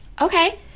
Okay